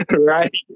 right